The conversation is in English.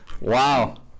Wow